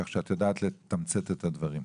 כך שאת יודעת לתמצת את הדברים.